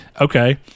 Okay